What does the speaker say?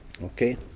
Okay